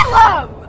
love